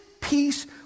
peace